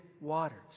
waters